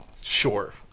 sure